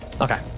Okay